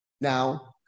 Now